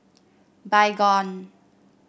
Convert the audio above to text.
baygon